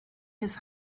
his